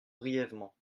brièvement